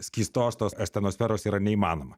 skystos tos astenosferos yra neįmanoma